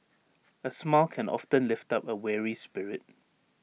A smile can often lift up A weary spirit